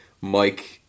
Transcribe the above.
Mike